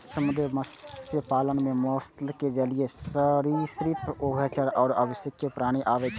समुद्री मत्स्य पालन मे मोलस्क, जलीय सरिसृप, उभयचर आ अकशेरुकीय प्राणी आबै छै